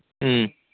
ꯎꯝ